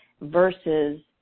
versus